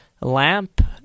lamp